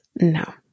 No